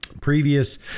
Previous